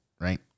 right